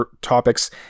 topics